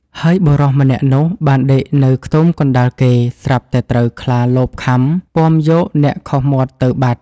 ហើយបុរសម្នាក់នោះបានដេកនៅខ្ទមកណ្តាលគេ ស្រាប់តែត្រូវខ្លាលបខាំ ពាំយកអ្នកខុសមាត់ទៅបាត់។